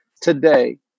today